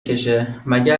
کشهمگه